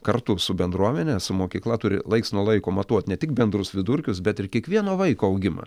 kartu su bendruomene su mokykla turi laiks nuo laiko matuot ne tik bendrus vidurkius bet ir kiekvieno vaiko augimą